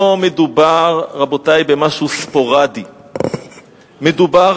רבותי, לא מדובר במשהו ספוראדי, מדובר